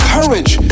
courage